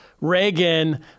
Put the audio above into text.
Reagan